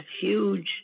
huge